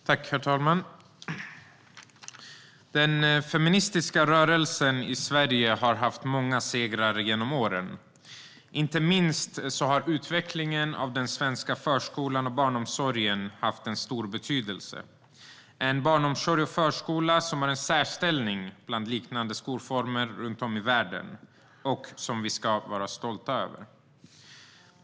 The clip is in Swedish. Herr talman! Den feministiska rörelsen i Sverige har haft många segrar genom åren. Inte minst har utvecklingen av den svenska förskolan och barnomsorgen haft en stor betydelse. Det är en barnomsorg och förskola som har en särställning bland liknande skolformer runt om i världen och som vi ska vara stolta över.